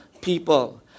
people